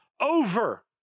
over